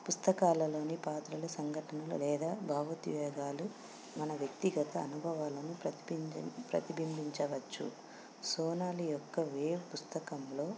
పుస్తకాలలోని పాత్రలు సంఘటనలు లేదా భావోద్వేగాలు మన వ్యక్తిగత అనుభవాలను ప్రతిభింజం ప్రతిబింబించవచ్చు సోనాలు యొక్క వేవ్ పుస్తకంలో